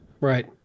Right